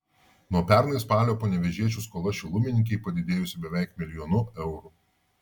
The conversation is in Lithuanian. nuo pernai spalio panevėžiečių skola šilumininkei padidėjusi beveik milijonu eurų